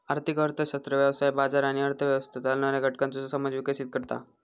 आर्थिक अर्थशास्त्र व्यवसाय, बाजार आणि अर्थ व्यवस्था चालवणाऱ्या घटकांचो समज विकसीत करता